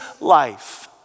life